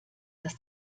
dass